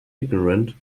ignorant